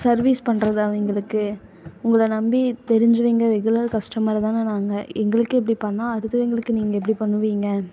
service பண்றது அவங்களுக்கு உங்களை நம்பி தெரிஞ்சவங்க ரெகுலர் கஸ்டமர் தானே நாங்கள் எங்களுக்கு இப்படி பண்ணால் அடுத்தவங்களுக்கு நீங்கள் எப்படி பண்ணுவீங்க